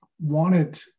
wanted